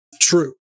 true